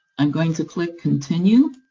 i'm going to click continue,